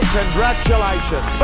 congratulations